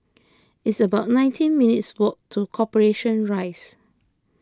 it's about nineteen minutes' walk to Corporation Rise